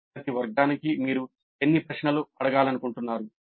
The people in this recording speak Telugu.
ఇలా ప్రతి వర్గానికి మీరు ఎన్ని ప్రశ్నలు అడగాలనుకుంటున్నారు